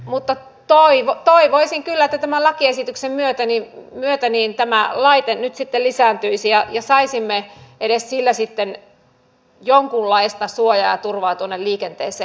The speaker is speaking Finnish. mutta toivoisin kyllä että tämän lakiesityksen myötä tämä laite nyt sitten lisääntyisi ja saisimme edes sillä sitten jonkunlaista suojaa ja turvaa tuonne liikenteeseen